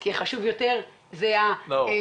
כי חשובים יותר האנשים,